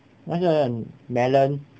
那个 melon